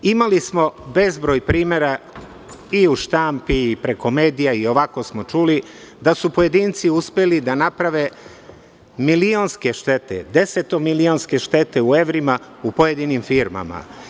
Imali smo bezbroj primera i u štampi i preko medija i ovako smo čuli da su pojedinci uspeli da naprave milionske štete, desetomilionske štete u evrima u pojedinim firmama.